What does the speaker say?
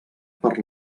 per